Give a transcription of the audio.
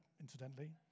incidentally